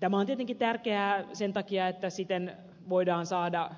tämä on tietenkin tärkeää sen takia että siten voidaan saada